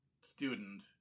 student